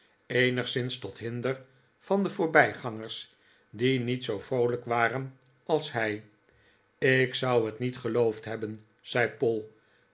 eenigszins tot hinder van de voorbijgangers die niet zoo vroolijk waren als hij rt ik zou het niet geloofd hebben zei poll